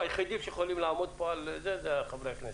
היחידים שיכולים לעמוד פה על כך הם חברי הכנסת.